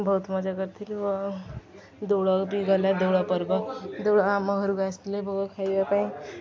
ବହୁତ ମଜା କରିଥିଲୁ ଆଉ ଦୋଳ ବି ଗଲା ଦୋଳ ପର୍ବ ଦୋଳ ଆମ ଘରକୁ ଆସିଥିଲେ ଭୋଗ ଖାଇବା ପାଇଁ